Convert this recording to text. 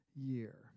year